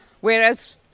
whereas